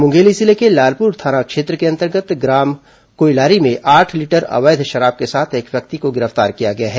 मुंगेली जिले के लालपुर थाना क्षेत्र के अंतर्गत ग्राम कोयलारी में आठ लीटर अवैध शराब के साथ एक व्यक्ति को गिरफ्तार किया गया है